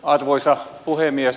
arvoisa puhemies